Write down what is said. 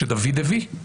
שדוד הביא,